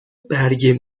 برگ